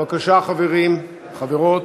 בבקשה, חברים, חברות.